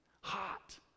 hot